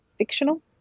fictional